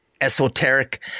esoteric